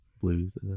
blues